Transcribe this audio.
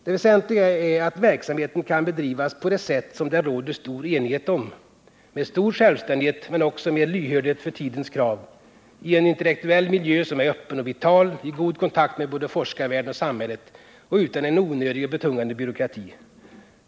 Det väsentliga är att verksamheten kan bedrivas på det sätt som det råder stor enighet om — med stor självständighet men också med lyhördhet för tidens krav, i en intellektuell miljö som är öppen och vital, i god kontakt med både forskarvärlden och samhället och utan en onödig och betungande byråkrati.